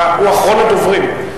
הוא אחרון הדוברים.